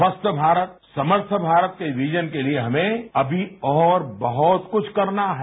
स्वस्थ्य भारत समर्थ भारत के विजन के लिए हमें अभी और बहुत कुछ करना है